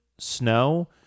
Snow